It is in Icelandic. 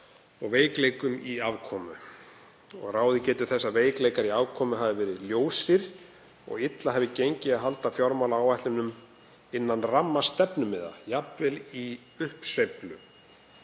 og veikleikum í afkomu. Ráðið getur þess að veikleikar í afkomu hafi verið ljósir og illa hafi gengið að halda fjármálaáætlunum innan ramma stefnumiða, jafnvel í uppsveiflu.